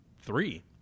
Three